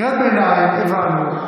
קריאת ביניים, הבנו.